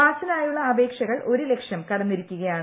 പാസിനായുള്ള അപേക്ഷകൾ ഒരു ലക്ഷം കടന്നിരിക്കുകയാണ്